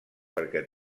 perquè